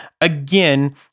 Again